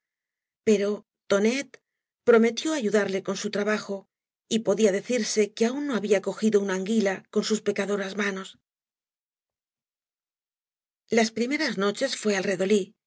pero tonet prometió ayudarle con su trabajo y podía decirse que aún no había cogido una anguila con sus pecadoras manos las primeras noches fué